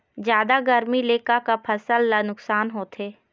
जादा गरमी ले का का फसल ला नुकसान होथे?